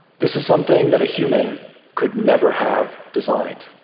this is something that a human could never have designed.